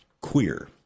queer